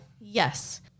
Yes